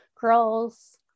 girls